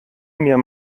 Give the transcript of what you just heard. mir